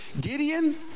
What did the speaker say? Gideon